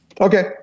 Okay